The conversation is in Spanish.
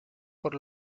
por